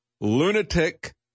lunatic